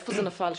איפה זה נפל שם?